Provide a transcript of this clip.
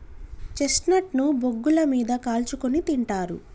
chestnut ను బొగ్గుల మీద కాల్చుకుని తింటారు